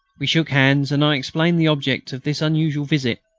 we shook hands, and i explained the object of this unusual visit.